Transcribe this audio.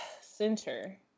center